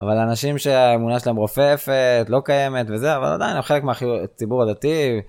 אבל לאנשים שהאמונה שלהם רופפת, לא קיימת וזה, אבל עדיין הם חלק מהציבור הדתי.